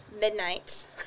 midnight